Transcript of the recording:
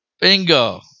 Bingo